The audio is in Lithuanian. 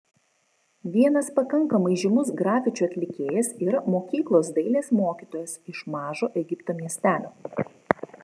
vienas pakankamai žymus grafičių atlikėjas yra mokyklos dailės mokytojas iš mažo egipto miestelio